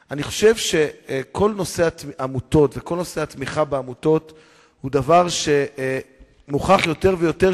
ואני חושב שהסיוע והנתינה הם זכות יותר גדולה.